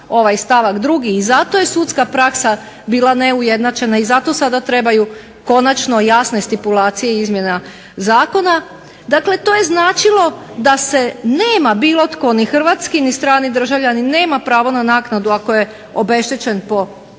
ovaj stavak 2. i zato je sudska praksa bila neujednačena i zato sada trebaju konačno jasne stipulacije i izmjena zakona. Dakle, to je značilo da se nema bilo tko, ni hrvatski ni strani državljanin, nema pravo na naknadu ako je obeštećen po